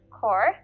core